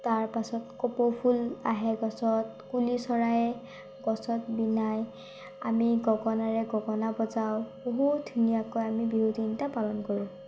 তাৰ পাছত কপৌফুল আহে গছত কুলি চৰায়ে গছত বিনায় আমি গগনাৰে গগনা বজাওঁ বহুত ধুনীয়াকৈ আমি বিহু তিনিটা পালন কৰোঁ